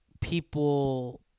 people